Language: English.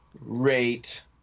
rate